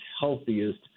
healthiest